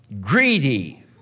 greedy